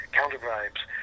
counter-bribes